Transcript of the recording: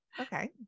Okay